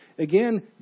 again